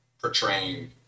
portraying